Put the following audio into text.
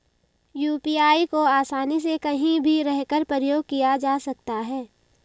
UPI को आसानी से कहीं भी रहकर प्रयोग किया जा सकता है